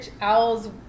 owls